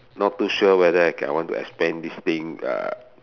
not too sure whether I can I want to expand this thing uh